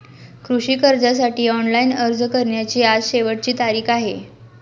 कृषी कर्जासाठी ऑनलाइन अर्ज करण्याची आज शेवटची तारीख आहे